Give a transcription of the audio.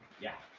yeah,